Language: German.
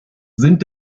sind